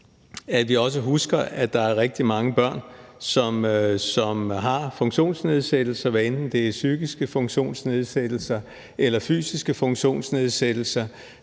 at vi også husker, at der er rigtig mange børn, som har funktionsnedsættelser, hvad enten det er psykiske funktionsnedsættelser ellers fysiske funktionsnedsættelser,